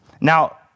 Now